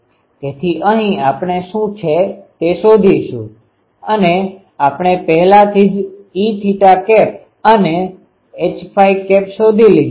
તેથી અહીં આપણે આ શું છે તે શોધીશું અને આપણે પહેલાથી જ E અને H શોધી લીધું છે